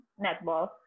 netball